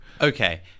Okay